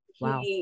Wow